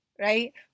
right